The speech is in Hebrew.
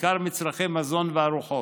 בעיקר מצרכי מזון וארוחות,